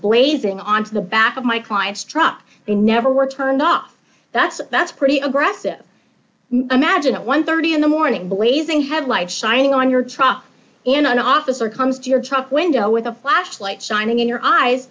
blazing on to the back of my client's truck he never worked turned off that's that's pretty aggressive imagine one thirty in the morning blazing headlight shining on your truck in an officer comes to your truck window with a flashlight shining in your eyes